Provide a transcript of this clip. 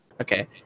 Okay